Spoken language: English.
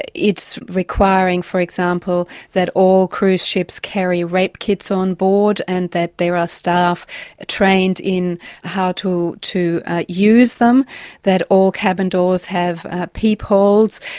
it's requiring for example, that all cruise ships carry rape kits on board, and that there are staff trained in how to to use them that all cabin doors have peepholes,